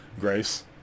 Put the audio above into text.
Grace